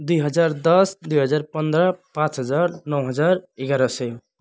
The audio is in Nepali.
दुई हजार दस दुई हजार पन्ध्र पाँच हजार नौ हजार एघार सय